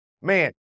man